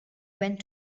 went